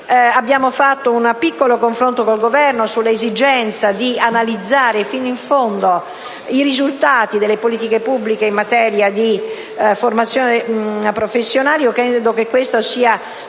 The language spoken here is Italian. Abbiamo fatto un piccolo confronto con il Governo sull'esigenza di analizzare fino in fondo i risultati delle politiche pubbliche in materia di formazione professionale. Credo che questa sia